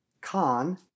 Con